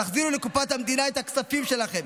תחזירו לקופת המדינה את הכספים שלכם